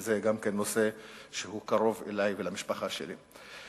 שזה גם נושא שקרוב אלי ולמשפחה שלי.